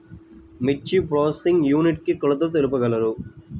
మిర్చి processing unit కి కొలతలు తెలుపగలరు?